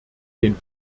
den